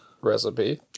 recipe